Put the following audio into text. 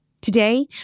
Today